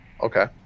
Okay